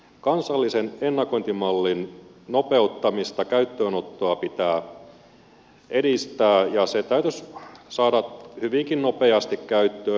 kansallisen ennakointimallin nopeuttamista käyttöönottoa pitää edistää ja se täytyisi saada hyvinkin nopeasti käyttöön